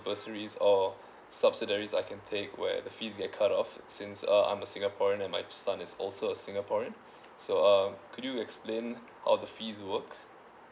bursaries or subsidiaries I can take where the fees that cut off since uh I'm a singaporean and my son is also a singaporean so uh could you explain how the fees work